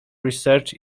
research